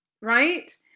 right